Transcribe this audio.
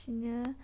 बिदिनो